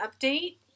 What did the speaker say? update